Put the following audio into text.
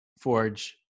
forge